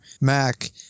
Mac